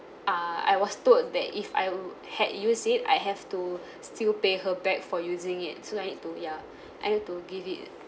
uh I was told that if I would had use it I have to still pay her back for using it so I need to ya I have to give it